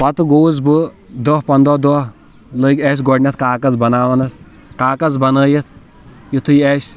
پَتہٕ گووُس بہٕ دہ پَنٛدَہ دۄہ لٔگۍ اسہِ گۄڈنٮ۪تھ کاغَز بناونَس کاغَز بنٲوِتھ یُتُھے اسہِ